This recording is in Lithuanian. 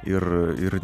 ir ir